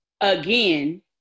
again